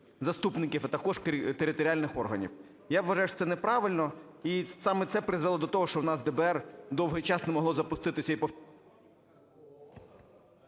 заступників, а також територіальних органів. Я вважаю, що неправильно і саме це призвело до того, що в нас ДБР довгий час не могло запуститися